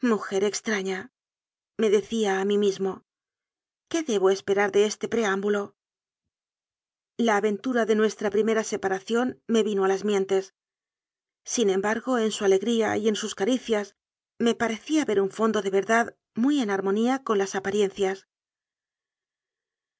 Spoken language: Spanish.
extraña me decía a mí mismo qué debo esperar de este preámbulo la aven tura de nuestra primera separación me vino a las mientes sin embargo en su alegría y en sus caricias me parecía ver un fondo de verdad muy en armonía con las apariencias